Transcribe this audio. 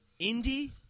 Indie